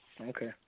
Okay